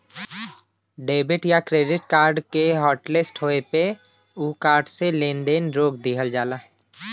debit या credit card के hotlist होये पे उ कार्ड से लेन देन रोक दिहल जाला